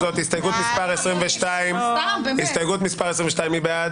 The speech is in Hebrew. הסתייגויות 48 עד 51. מי בעד?